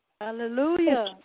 Hallelujah